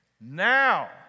now